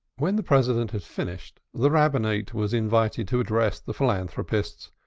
when the president had finished, the rabbinate was invited to address the philanthropists,